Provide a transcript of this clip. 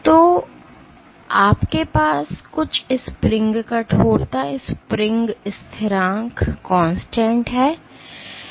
तो आपके पास कुछ स्प्रिंग कठोरता स्प्रिंग स्थिरांक है